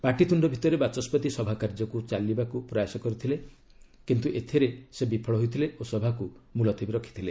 ପାଟିତୁଣ୍ଡ ଭିତରେ ବାଚସ୍କତି ସଭାକାର୍ଯ୍ୟକୁ ଚଳାଇବାକୁ ପ୍ରୟାସ କରିଥିଲେ ମଧ୍ୟ ଏଥିରେ ବିଫଳ ହୋଇଥିଲେ ଓ ସଭାକୁ ମୁଲତବୀ ରଖିଥିଲେ